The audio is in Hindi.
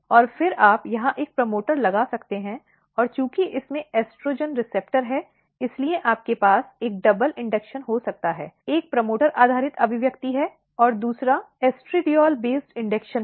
और फिर आप यहां एक प्रमोटर लगा सकते हैं और चूंकि इसमें एस्ट्रोजन रिसेप्टर है इसलिए आपके पास एक डबल इंडक्शन हो सकता है एक प्रमोटर आधारित अभिव्यक्ति है और दूसरा एस्ट्रैडियोल आधारित इंडक्शन है